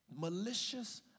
Malicious